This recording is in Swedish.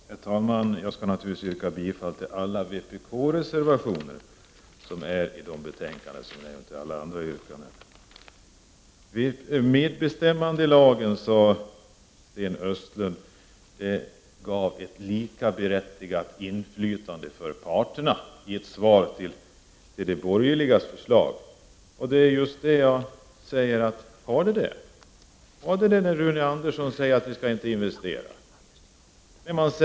Herr talman! Jag yrkar naturligtvis bifall till alla vpk-reservationer i de betänkanden som vi nu behandlar. Vad beträffar medbestämmandelagen sade Sten Östlund som svar på de borgerligas förslag att parterna skulle ha lika stort inflytande. Jag frågar om det är fallet. Gäller det när exempelvis Rune Andersson säger att det inte skall göras några investeringar?